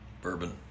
Bourbon